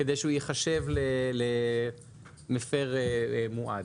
כדי שהוא ייחשב למפר מועד.